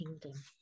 Kingdom